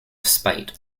spite